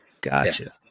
Gotcha